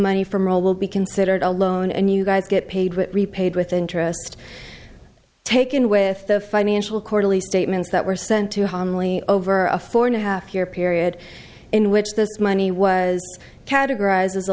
money from all will be considered a loan and you guys get paid for it repaid with interest taken with the financial quarterly statements that were sent to hamley over a four and a half year period in which this money was categorized as a